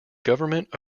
government